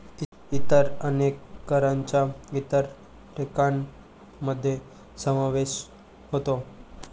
इतर अनेक करांचा इतर टेक्सान मध्ये समावेश होतो